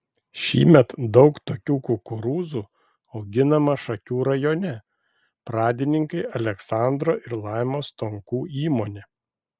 šįmet daug tokių kukurūzų auginama šakių rajone pradininkai aleksandro ir laimos stonkų įmonė